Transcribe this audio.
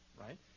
right